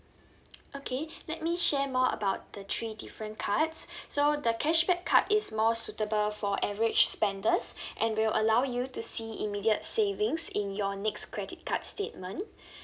okay let me share more about the three different cards so the cashback card is more suitable for average spenders and will allow you to see immediate savings in your next credit card statement